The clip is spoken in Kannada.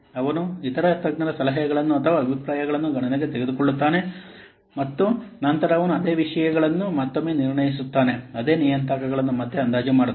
ಅವನು ಇತರ ತಜ್ಞರ ಸಲಹೆಗಳನ್ನು ಅಥವಾ ಅಭಿಪ್ರಾಯಗಳನ್ನು ಗಣನೆಗೆ ತೆಗೆದುಕೊಳ್ಳುತ್ತಾನೆ ಮತ್ತು ನಂತರ ಅವನು ಅದೇ ವಿಷಯಗಳನ್ನು ಮತ್ತೊಮ್ಮೆ ನಿರ್ಣಯಿಸುತ್ತಾನೆ ಅದೇ ನಿಯತಾಂಕಗಳನ್ನು ಮತ್ತೆ ಅಂದಾಜು ಮಾಡುತ್ತಾನೆ